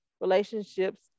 relationships